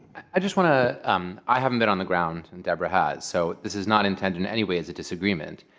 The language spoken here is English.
i just want to um i haven't been on the ground, and deborah has. so this is not intended in any way as a disagreement.